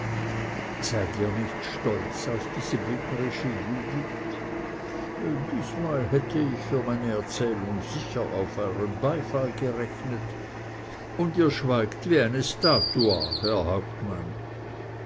seid ihr nicht stolz auf diese bündnerische judith diesmal hätte ich für meine erzählung sicher auf euern beifall gerechnet und ihr schweigt wie eine statua herr hauptmann